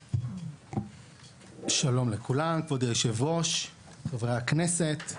שלום לכולם, כבוד היו"ר, חברי הכנסת,